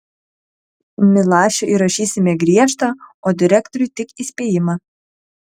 milašiui įrašysime griežtą o direktoriui tik įspėjimą